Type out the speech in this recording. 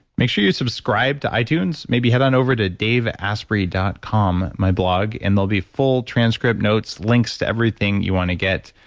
make sure you subscribe to itunes. maybe head on over to daveasprey dot com, my blog. and there'll be full transcript notes, links to everything you want to get.